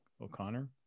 O'Connor